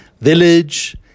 village